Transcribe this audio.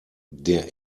der